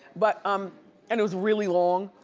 but um and it was really long.